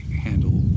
handle